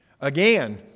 Again